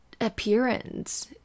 appearance